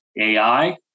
AI